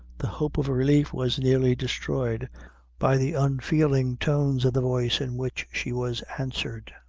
the hope of relief was nearly destroyed by the unfeeling tones of the voice in which she was answered.